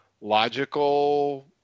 logical